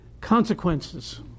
consequences